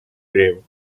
grave